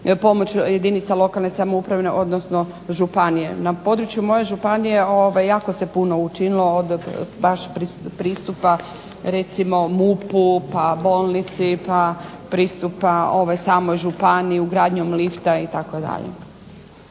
pomoć jedinica lokalne samouprave, odnosno županije. Na području moje županije jako se puno učinilo, od baš pristupa recimo MUP-u pa bolnici pa pristupa samoj županiji, ugradnjom lifta itd.